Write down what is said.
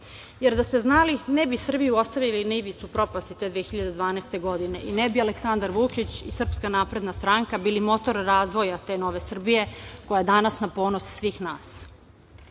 jer da ste znali ne bi Srbiju ostavili na ivici propasti te 2012. godine i ne bi Aleksandar Vučić i SNS bili motor razvoja te nove Srbije koja je danas na ponos svih